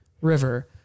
river